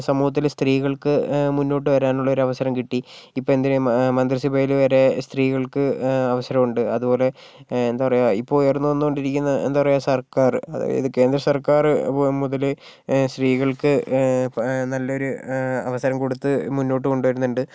സമൂഹത്തിൽ സ്ത്രീകൾക്ക് മുന്നോട്ട് വരാനുള്ള ഒരു അവസരം കിട്ടി ഇപ്പോൾ എന്തിന് മ മന്ത്രിസഭയിൽ വരെ സ്ത്രീകൾക്ക് അവസരമുണ്ട് അതുപോലെ എന്താ പറയുക ഇപ്പോൾ ഉയർന്ന് വന്നോണ്ടിരിക്കുന്ന എന്താ പറയുക സർക്കാർ അതായത് കേന്ദ്രസർക്കാർ മുതല് സ്ത്രീകൾക്ക് നല്ലൊരു അവസരം കൊടുത്ത് മുന്നോട്ട് കൊണ്ടുവരുന്നുണ്ട്